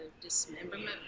dismemberment